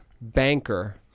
banker